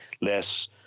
less